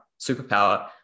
superpower